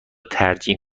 ترجیح